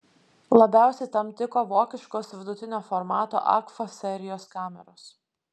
labiausiai tam tiko vokiškos vidutinio formato agfa serijos kameros